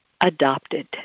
adopted